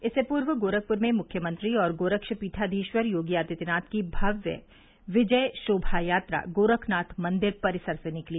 इससे पूर्व गोरखप्र में मुख्यमंत्री और गोरक्षपीठाधीश्वर योगी आदित्यनाथ की भव्य विजय शोभा यात्रा गोरखनाथ मंदिर परिसर से निकली